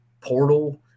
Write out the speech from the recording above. portal